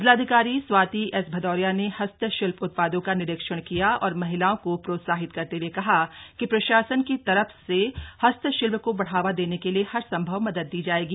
जिलाधिकारी स्वाति एस भदौरिया ने हस्तशिल्प उत्पादों का निरीक्षण किया और महिलाओं को प्रोत्साहित करते हुए कहा कि प्रशासन की तरफ से हस्तशिल्प को बढ़ावा देने के लिए हर संभव मदद दी जाएगी